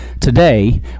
today